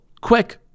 quick